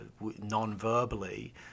non-verbally